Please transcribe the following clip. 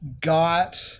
got